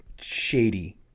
Shady